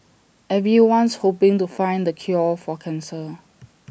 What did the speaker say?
everyone's hoping to find the cure for cancer